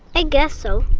i guess so.